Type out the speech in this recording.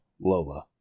Lola